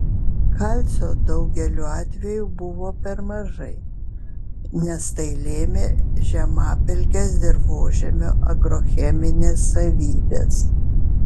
kalcio daugeliu atvejų buvo per mažai nes tai lėmė žemapelkės dirvožemio agrocheminės savybės